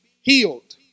healed